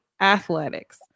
Athletics